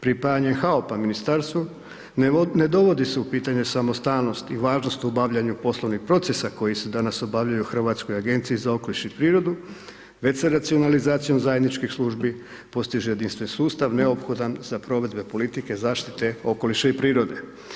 Pripajanjem HAOP-a ministarstvu ne dovodi se u pitanje samostalnost i važnost u obavljanju poslovnih procesa koji se danas obavljaju u HAOP-u već se racionalizacijom zajedničkih službi postiže jedinstven sustav neophodan za provedbe politike zaštite okoliša i prirode.